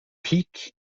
peak